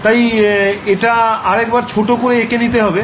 তাই এটা আর একবার ছোট করে এঁকে নিতে হবে